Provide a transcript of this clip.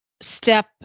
step